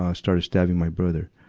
ah started stabbing my brother.